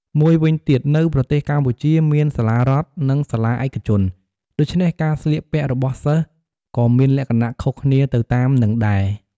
មួយវិញទៀត នៅប្រទេសកម្ពុជាមានសាលារដ្ឋ និងសាលាឯកជន ដូច្នេះការស្លៀកពាក់របស់សិស្សក៏មានលក្ខណៈខុសគ្នាទៅតាមនឹងដែរ។